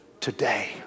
today